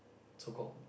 so called